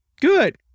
Good